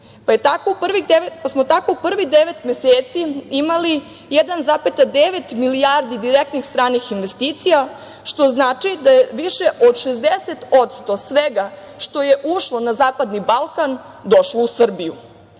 pa smo tako u prvih devet meseci imali 1,9 milijardi direktnih stranih investicija što znači da je više od 60% svega što je ušlo na zapadni Balkan došlo u Srbiju.U